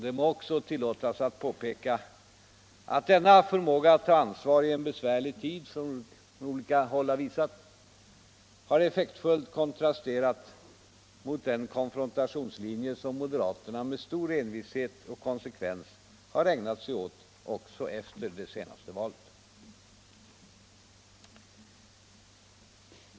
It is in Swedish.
Det må också tillåtas mig att påpeka att den förmåga att ta ansvar i en besvärlig tid som visats från olika håll har effektfullt kontrasterat mot den konfrontationslinje som moderaterna med stor envishet och konsekvens har ägnat sig åt också efter det senaste valet.